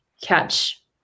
catch